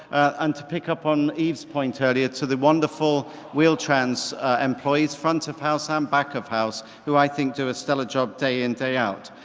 and to pick up on eve's point earlier, to the wonderful wheel-trans employees, front of house and um back of house, who i think do a stellar job day-in day-out.